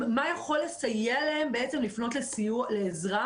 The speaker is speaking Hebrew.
מה יכול לסייע להם לפנות לעזרה?